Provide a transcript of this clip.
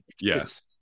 yes